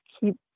keep